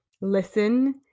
listen